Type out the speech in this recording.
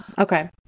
Okay